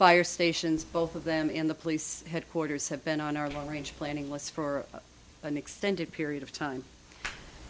fire stations both of them in the police headquarters have been on our long range planning lists for an extended period of time